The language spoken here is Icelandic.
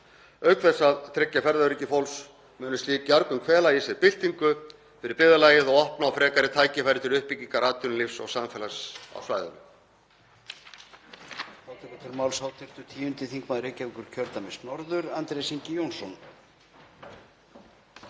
Auk þess að tryggja ferðaöryggi fólks munu slík jarðgöng fela í sér byltingu fyrir byggðarlagið og opna á frekari tækifæri til uppbyggingar atvinnulífs og samfélags á svæðinu.